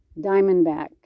diamondback